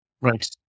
right